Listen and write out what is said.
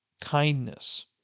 kindness